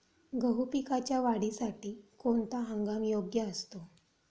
गहू पिकाच्या वाढीसाठी कोणता हंगाम योग्य असतो?